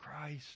Christ